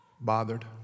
bothered